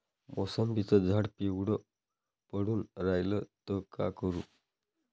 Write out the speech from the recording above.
मोसंबीचं झाड पिवळं पडून रायलं त का करू?